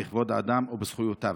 בכבוד האדם ובזכויותיו.